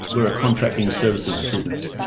we're a contracting services business.